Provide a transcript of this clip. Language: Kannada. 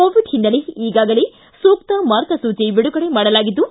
ಕೋವಿಡ್ ಹಿನ್ನೆಲೆ ಈಗಾಗಲೇ ಸೂಕ್ತ ಮಾರ್ಗಸೂಚಿ ಬಿಡುಗಡೆ ಮಾಡಲಾಗಿದ್ದು